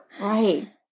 right